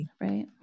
right